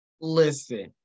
Listen